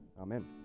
amen